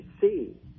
see